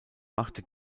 machte